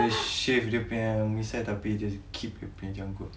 dia shave dia punya misai tapi dia keep dia punya janggut